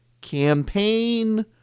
campaign